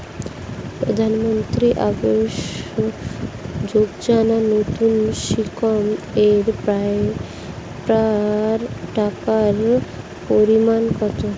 প্রধানমন্ত্রী আবাস যোজনায় নতুন স্কিম এর প্রাপ্য টাকার পরিমান কত?